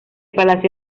palacio